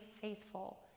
faithful